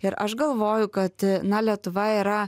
ir aš galvoju kad na lietuva yra